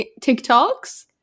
TikToks